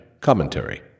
commentary